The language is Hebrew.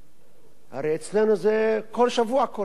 הרי אצלנו זה כל שבוע קורה.